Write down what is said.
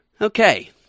Okay